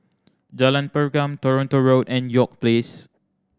Jalan Pergam Toronto Road and York Place